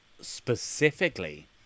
specifically